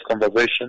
conversation